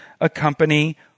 accompany